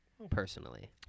Personally